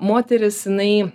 moteris jinai